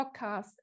podcast